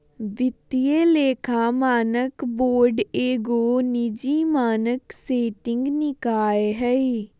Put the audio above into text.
वित्तीय लेखा मानक बोर्ड एगो निजी मानक सेटिंग निकाय हइ